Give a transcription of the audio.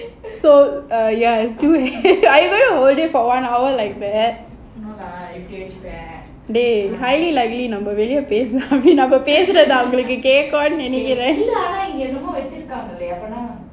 so uh ya it's too heavy you're gonna hold it for one hour like that dey highly likely இப்டி வச்சுக்கோயேன் நாம பேசுறது அங்க கேட்கும்ன்னு நெனைக்கிறேன் ஆனா இங்க என்னமோ வச்சிருக்காங்க இல்லையா:ipdi vachikoyaen naama pesurathu anga ketkumnu nenaikiraen aana inga ennamo vachirukanga illaya